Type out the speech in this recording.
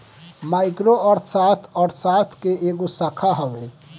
micro अर्थशास्त्र, अर्थशास्त्र के एगो शाखा हवे